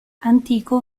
antico